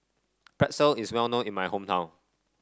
pretzel is well known in my hometown